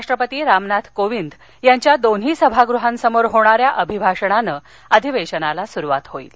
राष्ट्रपती रामनाथ कोविंद यांच्या दोन्ही सभागृहांसमोर होणाऱ्या अभिभाषणानं अधिवेशनाला सुरुवात होईल